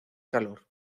calor